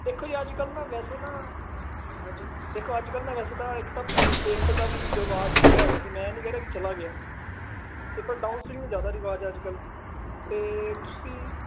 ਦੇਖੋ ਜੀ ਅੱਜ ਕੱਲ੍ਹ ਮੈਂ ਵੈਸੇ ਨਾ ਹਾਂਜੀ ਦੇਖੋ ਅੱਜ ਕੱਲ੍ਹ ਮੈਂ ਵੈਸੇ ਤਾਂ ਇੱਕ ਤਾਂ ਪੇਂਟ ਦਾ ਵੀ ਰਿਵਾਜ਼ ਹੈਗਾ ਹੈ ਵੈਸੇ ਮੈਂ ਨਹੀਂ ਕਹਿ ਰਿਹਾ ਕਿ ਚਲਾ ਗਿਆ ਅਤੇ ਪਰ ਡਾਉਨ ਸੀਲਿੰਗ ਦਾ ਜ਼ਿਆਦਾ ਰਿਵਾਜ ਆ ਅੱਜ ਕੱਲ੍ਹ ਅਤੇ ਤੁਸੀਂ